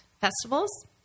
festivals